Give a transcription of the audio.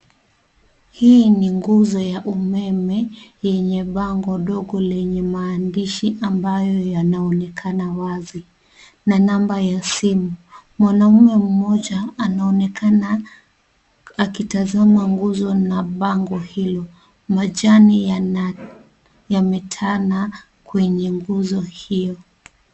Hii ni nguzo ya umeme yenye bango dogo lenye maandishi ambayo yanaonekana wazi na namba ya simu mwanaume mmoja anaonekana akitazama nguzo na bango hilo majani yametana kwenye nguzo hilo.